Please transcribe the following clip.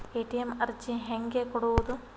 ATM ಅರ್ಜಿ ಹೆಂಗೆ ಕೊಡುವುದು?